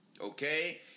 okay